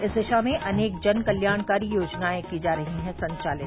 इस दिशा में अनेक जन कल्याणकारी योजनाएं की जा रही है संचालित